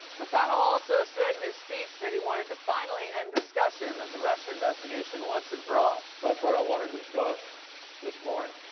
mcconnell also said in his speech that he wanted to finally end discussion of the russia investigation once and for all. that's what i want to discuss this morning.